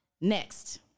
Next